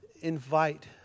invite